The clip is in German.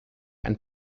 ein